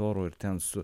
oro ir ten su